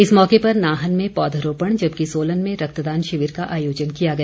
इस मौके पर नाहन में पौधरोपण जबकि सोलन में रक्तदान शिविर का आयोजन किया गया